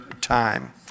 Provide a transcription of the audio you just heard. time